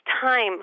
time